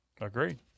Agreed